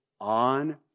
on